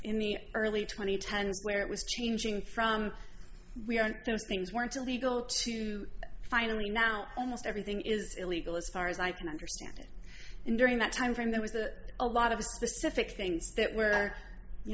in the early twenty ten where it was changing from we are those things weren't illegal to finally now almost everything is illegal as far as i can understand it and during that time frame there was that a lot of specific things that were you